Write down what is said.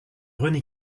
rené